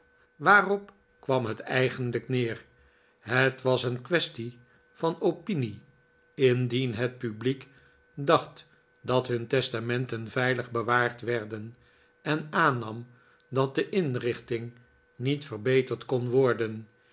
waarop kwam het eigenlijk neer het was een kwestie van opinie indien het publiek dacht dat him testamenten veilig bewaard werden eri aannam dat de inrichting niet verbeterd kon worden